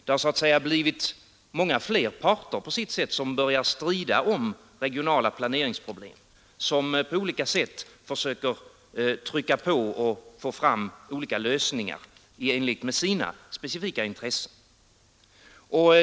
Det har så att säga blivit många fler parter som börjat strida om regionala planeringsproblem och som på olika sätt försöker trycka på och få fram olika lösningar i enlighet med sina specifika intressen.